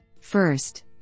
First